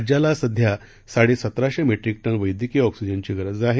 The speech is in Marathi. राज्याला सध्या साडे सतराशे मर्ट्रीक टन वस्कीय ऑक्सिजनची गरज आहे